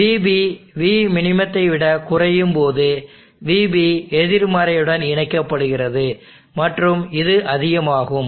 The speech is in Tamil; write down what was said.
vB vminத்தைவிட குறையும்போது vB எதிர்மறையுடன் இணைக்கப்படுகிறது மற்றும் இது அதிகமாகும்